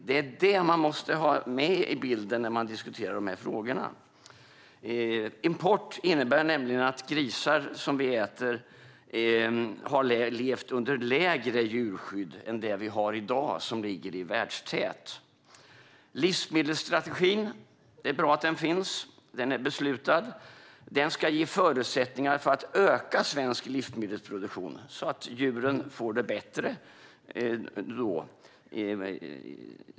Det är det man måste ha med i bilden när man diskuterar de här frågorna. Import innebär nämligen att de grisar som vi äter har levt under lägre djurskydd än det som vi har i dag och som ligger i världstäten. Det är bra att livsmedelsstrategin finns och är beslutad. Strategin ska ge förutsättningar för att öka svensk livsmedelsproduktion, så att djuren får det bättre.